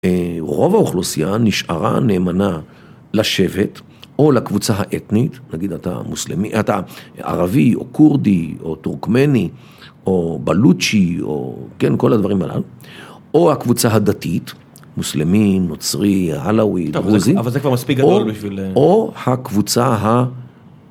רוב האוכלוסייה נשארה נאמנה לשבט או לקבוצה האתניתץ נגיד אתה מוסלמי אתה ערבי או כורדי או טורקמני או בלוצ'י או כן, כל הדברים הללו. או הקבוצה הדתית, מוסלמי נוצרי עלוואי. טוב, אבל זה כבר מספיק גדול בשביל... או הקבוצה ה